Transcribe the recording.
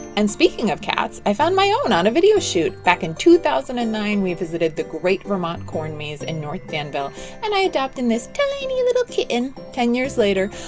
and speaking of cats, i found my own on a video shoot. back in two thousand and nine we visited the great vermont corn maze in north danville and i adopted this tiny little kitten. ten years later,